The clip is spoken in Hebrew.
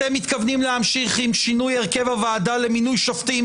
אתם מתכוונים להמשיך עם שינוי הרכב הוועדה למינוי שופטים,